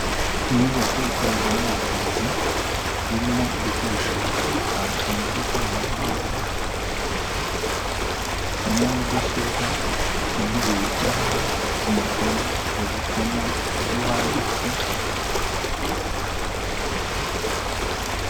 Inyubako ikorerwamo ubuvuzi irimo ibikoresho bitandukanye by'ikoranabuhanga harimo mudasobwa, intebe bicaraho, amakayi babikamo ibyo banditse,